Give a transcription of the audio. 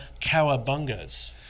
cowabungas